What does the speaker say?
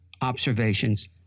observations